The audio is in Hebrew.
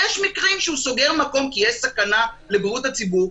יש מקרים שהוא סוגר מקום כי יש סכנה לבריאות הציבור,